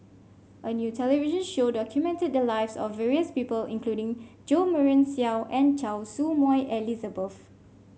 a new television show documented the lives of various people including Jo Marion Seow and Choy Su Moi Elizabeth